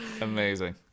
amazing